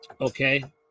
Okay